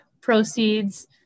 proceeds